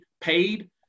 paid